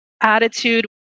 attitude